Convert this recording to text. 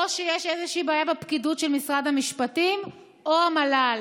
או שיש איזושהי בעיה בפקידות של משרד המשפטים או המל"ל?